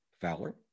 Fowler